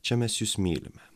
čia mes jus mylime